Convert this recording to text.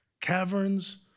caverns